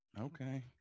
Okay